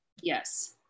Yes